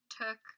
took